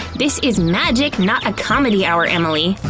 this is magic, not a comedy hour, emily.